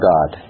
God